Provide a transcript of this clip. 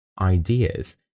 ideas